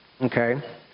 Okay